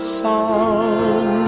song